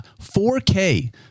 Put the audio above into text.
4K